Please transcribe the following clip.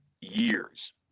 years